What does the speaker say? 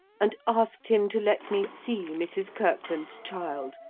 and asked him to let me see mrs. kirkland's child,